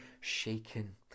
shaken